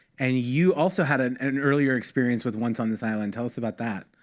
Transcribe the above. and you also had an and an earlier experience with once on this island. tell us about that.